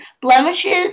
blemishes